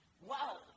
Wow